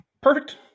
Perfect